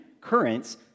currents